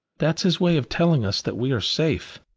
that's his way of telling us that we are safe.